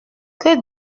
que